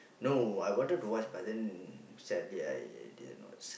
no I wanted to watch but then sadly I didn't watch